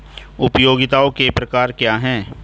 उपयोगिताओं के प्रकार क्या हैं?